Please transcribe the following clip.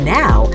now